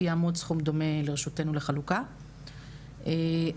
יעמוד לרשותנו לחלוקה סכום דומה,